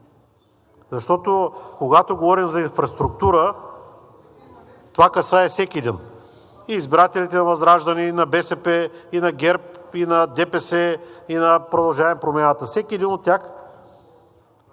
Защото, когато говорим за инфраструктура, това касае всеки един – и избирателите на ВЪЗРАЖДАНЕ, и на БСП, и на ГЕРБ, и на ДПС, и на „Продължаваме Промяната“. Всеки един от тях